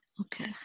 okay